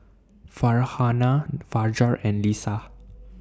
Farhanah Fajar and Lisa